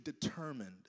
determined